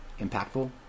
impactful